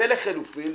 ולחילופין,